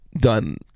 done